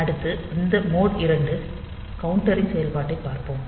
அடுத்து இந்த மோட் 2 கவுண்டரின் செயல்பாட்டைப் பார்ப்போம்